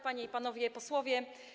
Panie i Panowie Posłowie!